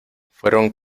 fueron